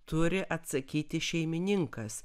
turi atsakyti šeimininkas